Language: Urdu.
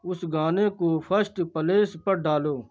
اس گانے کو فسٹ پلیس پر ڈالو